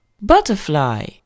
butterfly